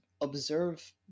observe